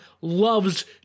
loves